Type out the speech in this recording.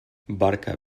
barca